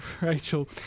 Rachel